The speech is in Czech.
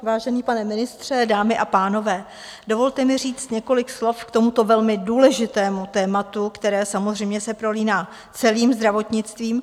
Vážený pane ministře, dámy a pánové, dovolte mi říct několik slov k tomuto velmi důležitému tématu, které se samozřejmě prolíná celým zdravotnictvím.